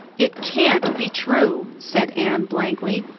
it can't be true, said anne blankly.